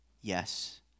yes